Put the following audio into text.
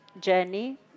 journey